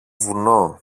βουνό